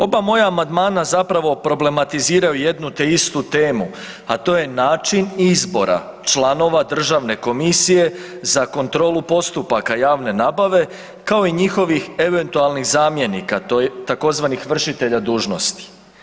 Oba moja amandmana zapravo problematiziraju jednu te istu temu, a to je način izbora članova državne komisije za kontrolu postupaka javne nabave kao i njihovih eventualnih zamjenika tzv. vršitelja dužnosti.